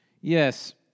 Yes